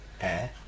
Air